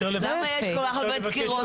למה יש כל כך הרבה דקירות?